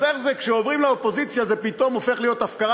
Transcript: אז איך זה כשעוברים לאופוזיציה זה פתאום הופך להיות הפקרה,